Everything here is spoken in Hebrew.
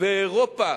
אירופה